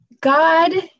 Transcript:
God